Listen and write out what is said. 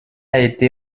été